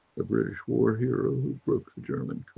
a british war hero who broke the german